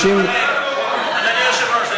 אדוני היושב-ראש,